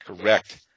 Correct